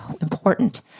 important